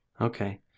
Okay